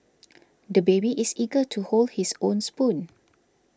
the baby is eager to hold his own spoon